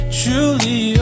truly